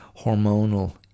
hormonal